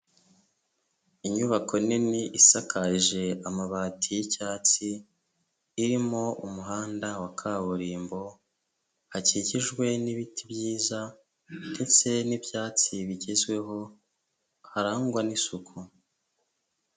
Inyubako nini isakaje amabati y'icyatsi irimo umuhanda wa kaburimbo, hakikijwe n'ibiti byiza ndetse n'ibyatsi bigezweho harangwa n'isuku.